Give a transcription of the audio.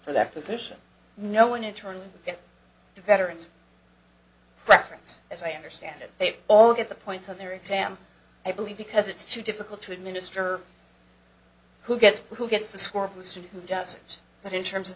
for that position no one to turn to veterans preference as i understand it they all get the points on their exam i believe because it's too difficult to administer who gets who gets to score who should who doesn't but in terms